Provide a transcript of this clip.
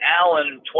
Allen